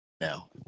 now